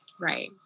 Right